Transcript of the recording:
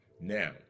Now